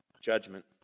judgment